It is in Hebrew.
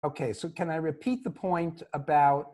‫אוקיי, so can I repeat the point about.